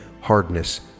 hardness